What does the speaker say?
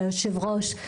ליושב-ראש,